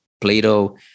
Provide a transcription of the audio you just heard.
Plato